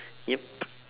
yup